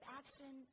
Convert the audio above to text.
action